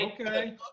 okay